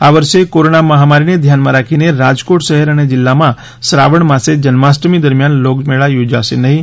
આ વર્ષે કોરોના મહામારીને ધ્યાને રાખીને રાજકોટ શહેર અને જિલ્લામાં શ્રાવણ માસે જન્માષ્ટમી દરમિયાન લોકમેળો યોજાશે નહીં